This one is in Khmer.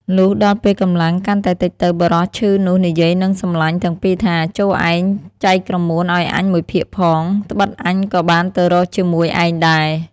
លុះដល់ពេលកម្លាំងកាន់តែតិចទៅ បុរសឈឺនោះនិយាយនឹងសំឡាញ់ទាំងពីរថា "ចូរឯងចែកក្រមួនឲ្យអញមួយភាគផង ត្បិតអញក៏បានទៅរកជាមួយឯងដែរ"។